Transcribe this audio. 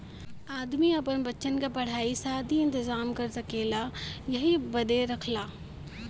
आदमी आपन बच्चन क पढ़ाई सादी के इम्तेजाम कर सकेला यही बदे रखला